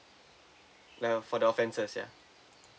like for the offences ya